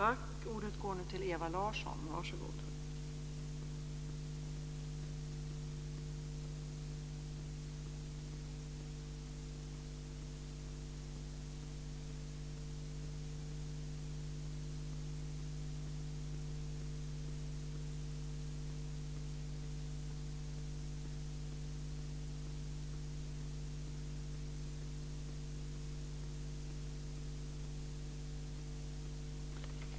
Fru talman!